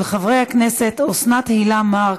של חברי הכנסת אוסנת הילה מארק,